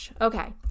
Okay